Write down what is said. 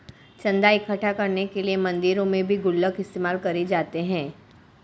चन्दा इकट्ठा करने के लिए मंदिरों में भी गुल्लक इस्तेमाल करे जाते हैं